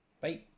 Bye